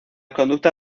conducta